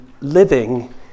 living